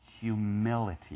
humility